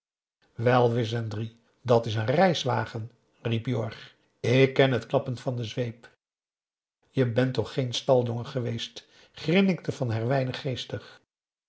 wis en drie dat is een reiswagen riep jorg ik ken het klappen van de zweep je bent toch geen staljongen geweest grinnikte van herwijnen geestig